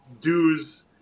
dues